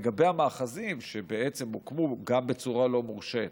לגבי המאחזים שהוקמו גם בצורה לא מורשית